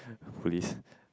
police